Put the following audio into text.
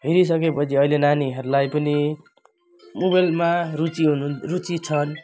हेरिसक्यो पछि अहिले नानीहरूलाई पनि मोबाइलमा रुची हुनु रुची छन्